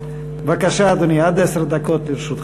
בבקשה, אדוני, עד עשר דקות לרשותך.